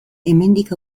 hemendik